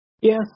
Yes